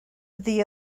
the